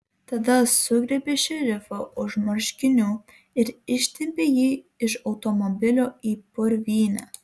tada sugriebė šerifą už marškinių ir ištempė jį iš automobilio į purvynę